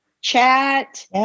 chat